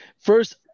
first